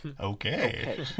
Okay